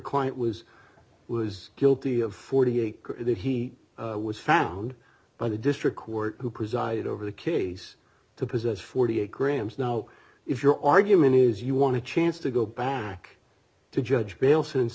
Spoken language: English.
client was was guilty of forty acre that he was found by the district court who presided over the kiddies to possess forty eight grams now if your argument is you want to chance to go back to judge bail since